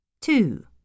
Two